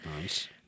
Nice